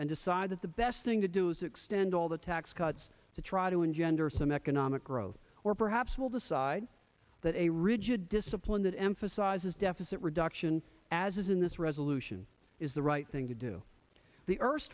and decide that the best thing to do is extend all the tax cuts to try to engender some economic growth or perhaps we'll decide that a rigid discipline that emphasizes deficit reduction as is in this resolution is the right thing to do the e